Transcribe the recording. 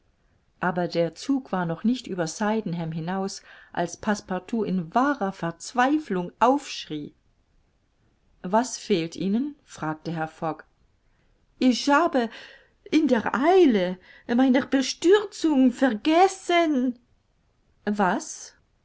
aber der zug war noch nicht über sydenham hinaus als passepartout in wahrer verzweiflung aufschrie was fehlt ihnen fragte herr fogg ich habe in der eile meiner bestürzung vergessen was